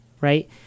Right